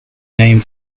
name